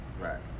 right